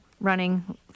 running